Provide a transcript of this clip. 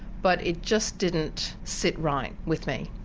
but it just didn't sit right with me.